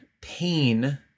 pain